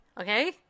okay